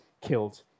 killed